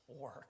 work